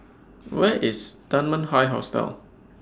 Where IS Dunman High Hostel